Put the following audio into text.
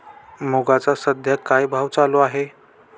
मुगाचा सध्या काय भाव चालू आहे?